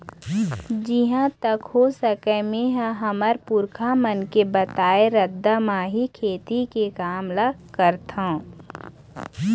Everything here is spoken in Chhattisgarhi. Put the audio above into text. जिहाँ तक हो सकय मेंहा हमर पुरखा मन के बताए रद्दा म ही खेती के काम ल करथँव